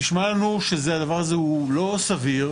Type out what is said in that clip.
נשמע לנו שהדבר הזה הוא לא סביר,